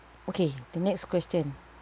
okay the next question